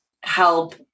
help